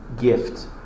gift